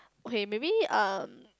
okay maybe um